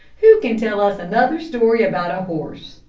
who can tell us another story about a horse?